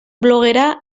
blogera